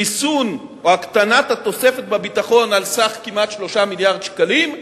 ריסון או הקטנת התוספת בביטחון על סך כמעט 3 מיליארד שקלים,